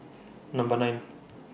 Number nine